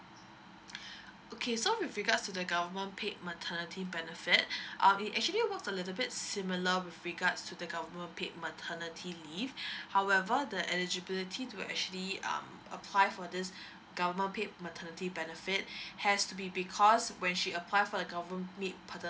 okay so with regards to the government paid maternity benefit err it actually work a little bit similar with regards to the government paid maternity leave however the eligibility to actually um apply for this government paid maternity benefit has to be because when she apply for the government paid maternity